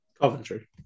Coventry